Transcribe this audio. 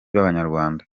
b’abanyarwanda